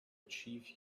achieve